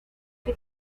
que